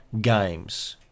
games